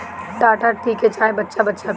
Tata tea के चाय बच्चा बच्चा पियेला